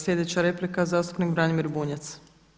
Sljedeća replika zastupnik Branimir Bunjac.